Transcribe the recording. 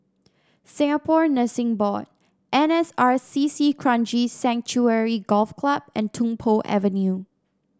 Singapore Nursing Board N S R C C Kranji Sanctuary Golf Club and Tung Po Avenue